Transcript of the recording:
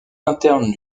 interne